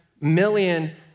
million